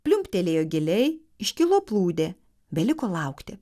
pliumptelėjo giliai iškilo plūdė beliko laukti